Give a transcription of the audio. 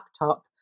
laptop